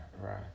right